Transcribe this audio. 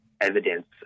evidence